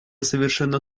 совершенно